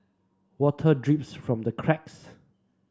water drips from the cracks